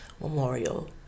Memorial